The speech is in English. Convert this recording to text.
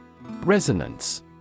Resonance